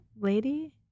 lady